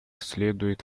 следует